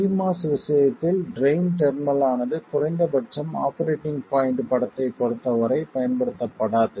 pMOS விஷயத்தில் drain terminal ஆனது குறைந்தபட்சம் ஆபரேட்டிங் பாய்ண்ட் படத்தைப் பொருத்தவரை பயன்படுத்தப்படாது